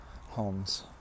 Homes